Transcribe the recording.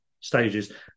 stages